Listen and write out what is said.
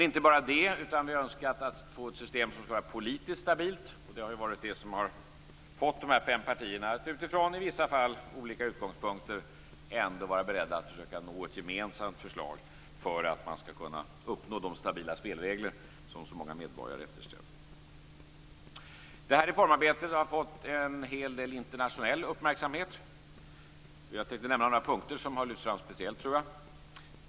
Men inte bara det, utan vi har önskat att få ett system som skall vara politiskt stabilt. Det har varit detta som har fått de fem partierna att utifrån i vissa fall olika utgångspunkter ändå vara beredda att försöka nå ett gemensamt förslag för att man skall kunna uppnå de stabila spelregler som så många medborgare efterfrågar. Det här reformarbetet har fått en hel del internationell uppmärksamhet. Jag tänkte nämna några punkter som har lyfts fram speciellt.